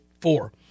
four